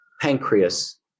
pancreas